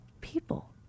people